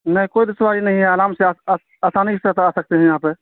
نہیں کوئی دشواری نہیں ہے آرام سے آسانی کے ساتھ آ سکتے ہیں یہاں پہ